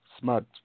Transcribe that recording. smart